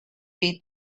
beat